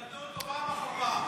הם נתנו לו אותו פעם אחר פעם.